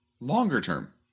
longer-term